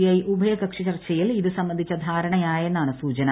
I ഉഭയകക്ഷി ചർച്ചയിൽ ഇത് സംബന്ധിച്ച ധാരണയായെന്നാണ് സൂചന